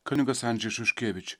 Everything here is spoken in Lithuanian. kunigas andžej šuškevič